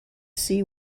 see